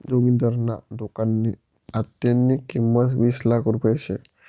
जोगिंदरना दुकाननी आत्तेनी किंमत वीस लाख रुपया शे